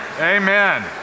amen